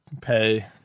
pay